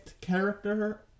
character